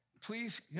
Please